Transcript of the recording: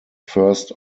first